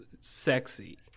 sexy